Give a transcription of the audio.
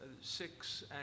six